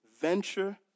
venture